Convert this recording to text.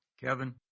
Kevin